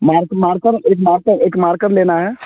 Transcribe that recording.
mark marker एक marker एक marker लेना है